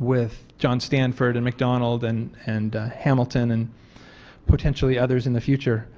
with john stanford and mcdonald and and hamilton and potentially others in the future,